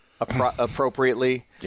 appropriately